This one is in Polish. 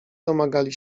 domagali